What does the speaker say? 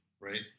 Right